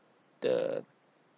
the